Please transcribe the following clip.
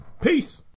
Peace